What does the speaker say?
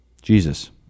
Jesus